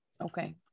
okay